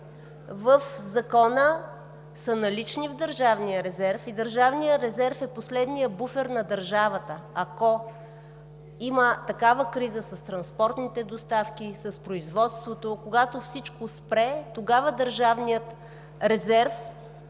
в закона, са налични в Държавния резерв. Държавният резерв е последният буфер на държавата, ако има такава криза с транспортните доставки, с производството, когато всичко спре, тогава държавният резерв